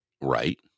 Right